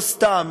לא סתם